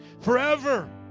forever